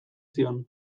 zion